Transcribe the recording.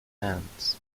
hands